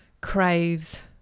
craves